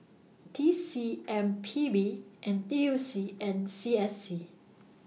T C M P B N T U C and C S C